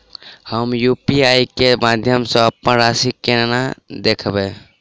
हम यु.पी.आई केँ माध्यम सँ अप्पन राशि कोना देखबै?